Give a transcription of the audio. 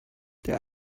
der